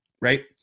right